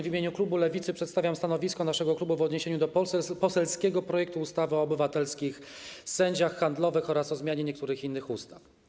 W imieniu klubu Lewicy przedstawiam stanowisko naszego klubu w odniesieniu do poselskiego projektu ustawy o obywatelskich sędziach handlowych oraz o zmianie niektórych innych ustaw.